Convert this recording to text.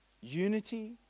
Unity